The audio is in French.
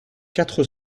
quatre